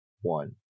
one